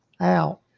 out